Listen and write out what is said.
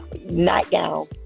nightgown